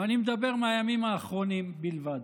ואני מדבר על הימים האחרונים בלבד.